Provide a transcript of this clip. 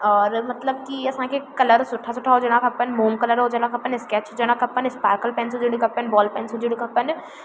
और मतिलबु की असांखे कलर सुठा सुठा हुजणा खपनि मोम कलर हुजणा खपनि स्कैच हुजणा खपनि स्पार्कल पेन हुजणी खपनि बॉल पेन्स हुजणा खपनि